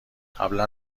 قبلا